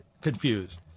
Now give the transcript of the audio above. confused